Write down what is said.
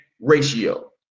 ratio